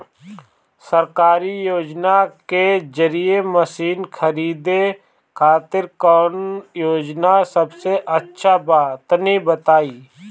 सरकारी योजना के जरिए मशीन खरीदे खातिर कौन योजना सबसे अच्छा बा तनि बताई?